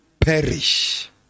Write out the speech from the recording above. perish